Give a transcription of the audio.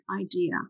idea